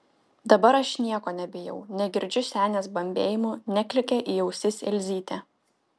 dabar aš nieko nebijau negirdžiu senės bambėjimų neklykia į ausis elzytė